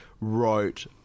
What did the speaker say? wrote